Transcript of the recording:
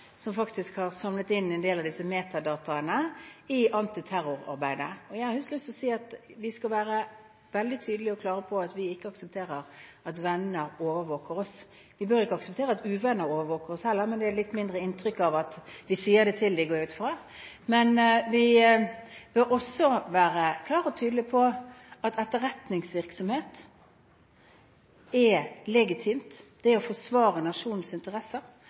vi skal være veldig tydelige og klare på at vi ikke aksepterer at venner overvåker oss – vi bør heller ikke akseptere at uvenner overvåker oss, men jeg går ut fra at det gjør litt mindre inntrykk at vi sier det til dem. Vi bør også være klare og tydelige på at etterretningsvirksomhet er legitimt. Det å forsvare nasjonens interesser,